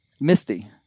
Misty